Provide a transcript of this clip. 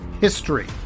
history